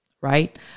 right